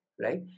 right